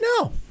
No